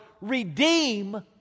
redeem